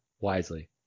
wisely